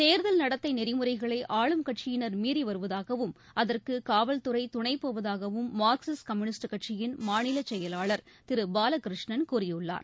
தேர்தல் நடத்தை நெறிமுறைகளை ஆளும் கட்சியினர் மீறி வருவதாகவும் அதற்கு காவல் துறை துணை போவதாகவும் மார்க்சிஸ்ட் கம்யூனிஸ்ட் கட்சியின் மாநில செயலாளர் திரு பாலகிருஷ்ணன் கூறியுள்ளார்